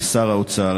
לשר האוצר,